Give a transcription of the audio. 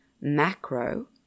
macro